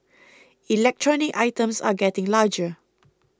electronic items are getting larger